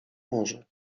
morze